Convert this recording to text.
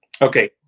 Okay